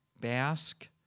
Basque